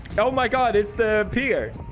oh my god is the pier